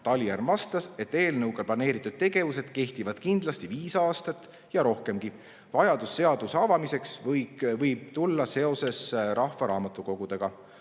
Talihärm vastas, et eelnõuga planeeritud tegevused kehtivad kindlasti viis aastat ja rohkemgi. Vajadus seaduse avamiseks võib tulla seoses rahvaraamatukogudega.